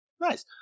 Nice